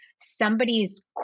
somebody's